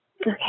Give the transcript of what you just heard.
Okay